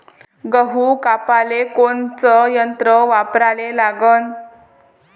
गहू कापाले कोनचं यंत्र वापराले लागन?